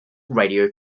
radio